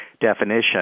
definition